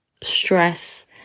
stress